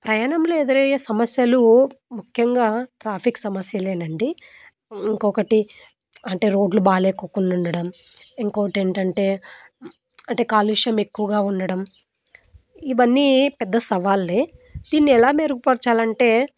ప్రయాణంలో ఎదురయ్యే సమస్యలు ముఖ్యంగా ట్రాఫిక్ సమస్యలేనండి ఇంకొకటి అంటే రోడ్లు బాగాలేకుండా ఉండడం ఇంకొకటి ఏమిటి అంటే అంటే కాలుష్యం ఎక్కువగా ఉండడం ఇవన్నీ పెద్ద సవాళ్లే దీన్ని ఎలా మెరుగుపరచాలంటే